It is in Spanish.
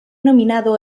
nominado